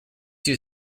you